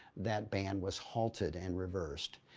that ban was halted and reversed.